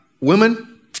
Women